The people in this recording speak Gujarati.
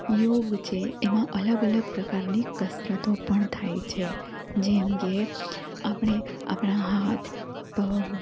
યોગ છે એમાં અલગ અલગ પ્રકારની કસરતો પણ થાય છે જેમકે આપણે આપણા હાથ પગ